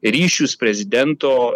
ryšius prezidento